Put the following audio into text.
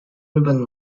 ribbon